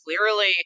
clearly